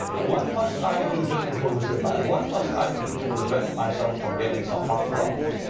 what must i do. just before we say bye. what must i do to prevent myself from getting some heart problem?